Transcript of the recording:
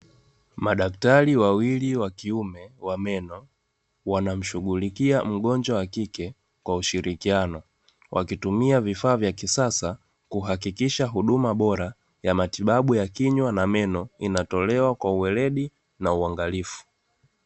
Madaktari wawili wa kiume wa meno, wanamshughulikia mgonjwa wa kike kwa ushirikiano, wakitumia vifaa vya kisasa kuhakikisha huduma bora ya matibabu ya kinywa na meno inatolewa kwa weledi na uangalifu.